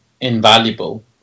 invaluable